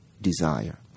desire